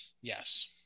Yes